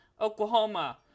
Oklahoma